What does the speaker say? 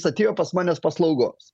jis atėjo pas manes paslaugos